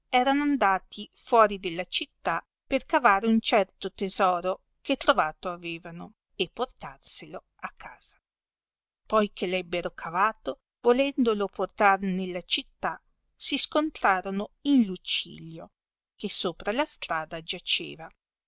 erano andati fuori della città per cavare un certo tesoro che trovato avevano e portarselo a casa poi che ebbero cavato volendolo portar nella città si scontrarono in lucilio che sopra la strada giaceva